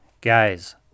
Guys